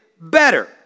better